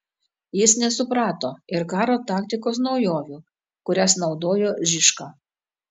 jis nesuprato ir karo taktikos naujovių kurias naudojo žižka